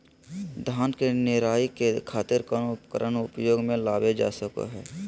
धान के निराई के खातिर कौन उपकरण उपयोग मे लावल जा सको हय?